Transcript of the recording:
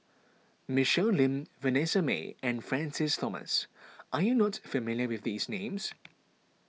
Michelle Lim Vanessa Mae and Francis Thomas are you not familiar with these names